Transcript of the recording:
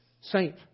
saint